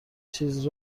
چیز